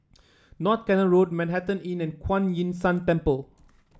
North Canal Road Manhattan Inn and Kuan Yin San Temple